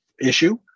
issue